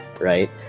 right